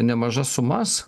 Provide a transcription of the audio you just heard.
nemažas sumas